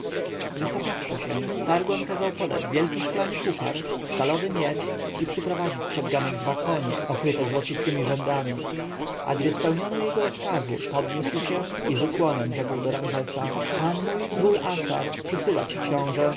istubar wysapawszy się sargon kazał podać wielki szklany puhar stalowy miecz i przyprowadzić przed ganek dwa konie okryte złocistemi rzędami a gdy spełniono jego rozkazy podniósł się i z ukłonem rzekł do ramzesa pan mój król assar przysyła ci książę